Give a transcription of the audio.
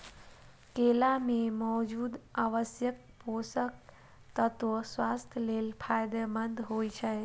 केला मे मौजूद आवश्यक पोषक तत्व स्वास्थ्य लेल फायदेमंद होइ छै